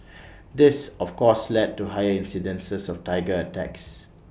this of course led to higher incidences of Tiger attacks